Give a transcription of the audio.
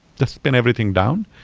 just spin everything down.